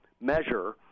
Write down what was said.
measure